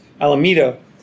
Alameda